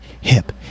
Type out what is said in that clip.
hip